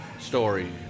story